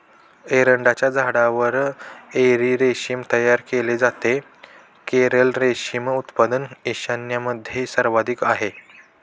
एरंडाच्या झाडावर एरी रेशीम तयार केले जाते, कोरल रेशीम उत्पादन ईशान्येमध्ये सर्वाधिक आहे